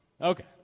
Okay